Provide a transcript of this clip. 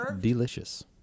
delicious